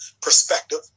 perspective